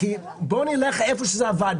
בואו נלך איפה שזה עבד.